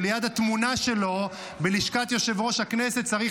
שליד התמונה שלו בלשכת יושב-ראש הכנסת צריך